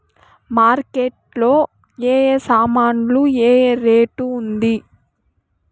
Market లో ఏ ఏ సామాన్లు ఏ ఏ రేటు ఉంది?